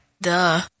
Duh